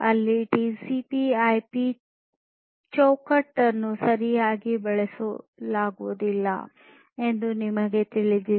ಅಲ್ಲಿ ಟಿಸಿಪಿಐಪಿTCPIP ಚೌಕಟ್ಟನ್ನು ಸರಿಯಾಗಿ ಬಳಸಲಾಗುವುದಿಲ್ಲ ಎಂದು ನಿಮಗೆ ತಿಳಿದಿದೆ